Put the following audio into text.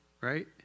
right